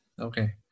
okay